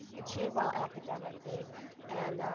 achieve well academically and,